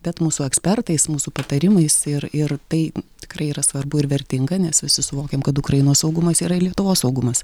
bet mūsų ekspertais mūsų patarimais ir ir tai tikrai yra svarbu ir vertinga nes visi suvokiam kad ukrainos saugumas yra lietuvos saugumas